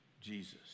Jesus